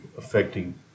affecting